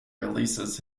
releases